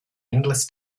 endless